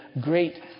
great